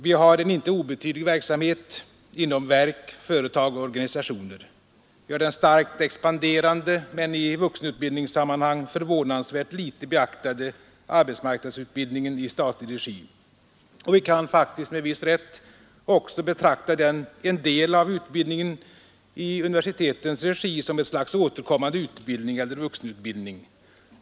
Vi har en inte obetydlig verksamhet inom verk, företag och organisationer. Vi har den starkt expanderande men i vuxenutbildningssammanhang förvånansvärt litet beaktade arbetsmarknadsutbildningen i statlig regi. Och vi kan faktiskt med viss rätt också betrakta en del av utbildningen i universitetens regi som ett slags återkommande utbildning eller vuxenutbildning.